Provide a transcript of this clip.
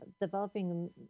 developing